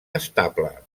estable